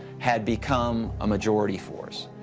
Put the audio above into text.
had become a majority force,